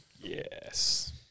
Yes